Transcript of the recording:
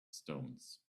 stones